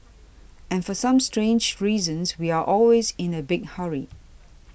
and for some strange reasons we are always in a big hurry